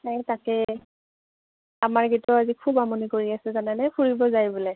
অ তাকেই আমাৰকেইটায়েও আজি খুব আমনি কৰি আছে জানেনে ফুৰিব যায় বোলে